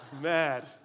mad